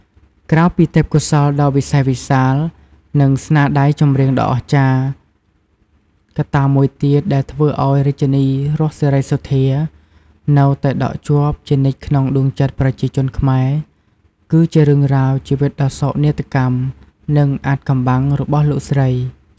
ក្រៅពីទេពកោសល្យដ៏វិសេសវិសាល និងស្នាដៃចម្រៀងដ៏អស្ចារ្យ កត្តាមួយទៀតដែលធ្វើឲ្យ រាជិនីរស់ សេរីសុទ្ធា នៅតែដក់ជាប់ជានិច្ចក្នុងដួងចិត្តប្រជាជនខ្មែរ គឺជារឿងរ៉ាវ ជីវិតដ៏សោកនាដកម្ម និងអាថ៌កំបាំង របស់លោកស្រី។